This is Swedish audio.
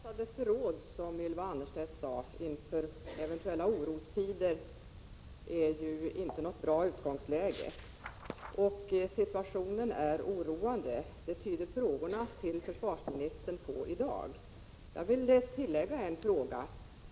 Herr talman! Som Ylva Annerstedt sade är länsade förråd inte något bra utgångsläge inför eventuella orostider. Situationen är oroande. Det tyder dagens frågor till försvarsministern på. Jag vill tillägga en fråga.